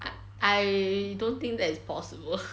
I I don't think that is possible